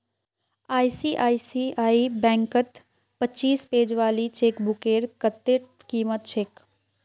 ICICI बैंकत पच्चीस page वाली चेकबुकेर कत्ते कीमत छेक